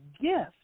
gift